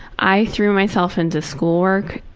i threw myself into schoolwork.